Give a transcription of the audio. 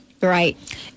right